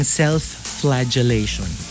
self-flagellation